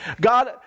God